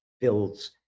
builds